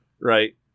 right